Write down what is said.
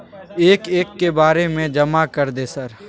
एक एक के बारे जमा कर दे सर?